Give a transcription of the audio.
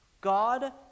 God